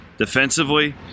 defensively